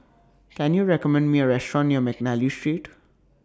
Can YOU recommend Me A Restaurant near Mcnally Street